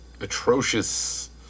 atrocious